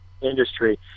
industry